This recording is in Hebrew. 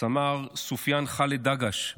סמ"ר סופיאן ח'אלד דגש,